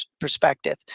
perspective